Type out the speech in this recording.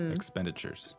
Expenditures